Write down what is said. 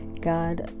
God